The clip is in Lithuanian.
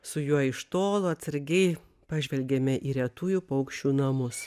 su juo iš tolo atsargiai pažvelgėme į retųjų paukščių namus